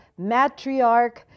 Matriarch